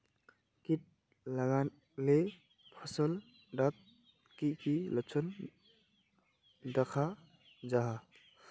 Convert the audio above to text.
किट लगाले फसल डात की की लक्षण दखा जहा?